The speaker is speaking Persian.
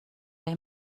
های